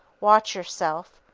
watch yourself.